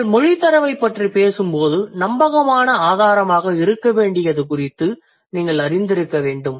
நீங்கள் மொழித்தரவைப் பற்றி பேசும்போது நம்பகமான ஆதாரமாக இருக்க வேண்டியது குறித்து நீங்கள் அறிந்திருக்க வேண்டும்